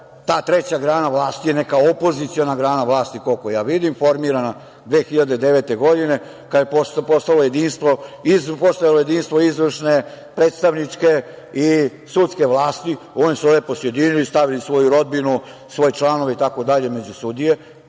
ta treća grana vlasti je neka opoziciona grana vlasti, koliko ja vidim, formirana 2009. godine kad je postojalo jedinstvo izvršne, predstavničke i sudske vlasti. Oni su se lepo sjedinili, stavili svoju rodbinu, svoje članove među sudije.